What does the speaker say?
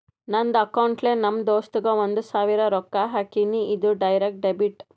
ನಂದ್ ಅಕೌಂಟ್ಲೆ ನಮ್ ದೋಸ್ತುಗ್ ಒಂದ್ ಸಾವಿರ ರೊಕ್ಕಾ ಹಾಕಿನಿ, ಇದು ಡೈರೆಕ್ಟ್ ಡೆಬಿಟ್